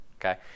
Okay